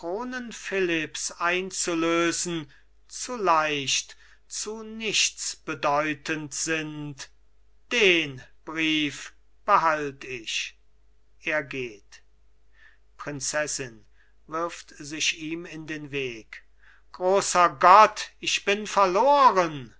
philipps einzulösen zu leicht zu nichtsbedeutend sind den brief behalt ich er geht prinzessin wirft sich ihm in den weg großer gott ich bin verloren